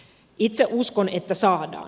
itse uskon että saadaan